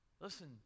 Listen